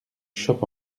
chope